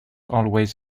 always